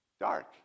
dark